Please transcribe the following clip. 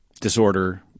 disorder